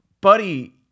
buddy